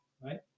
right